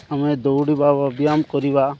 ଆମେ ଦୌଡ଼ିବା ବା ବ୍ୟାୟାମ କରିବା